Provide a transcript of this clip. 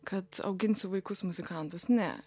kad auginsiu vaikus muzikantus ne